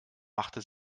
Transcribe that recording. machte